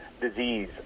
disease